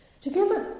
Together